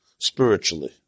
spiritually